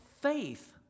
faith